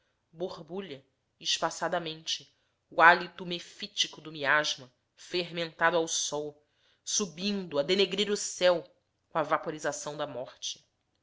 borbulha espaçadamente o hálito mefítico do miasma fermentado ao sol subindo a denegrir o céu com a vaporização da morte